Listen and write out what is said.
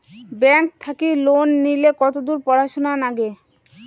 Bank থাকি loan নিলে কতদূর পড়াশুনা নাগে?